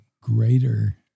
greater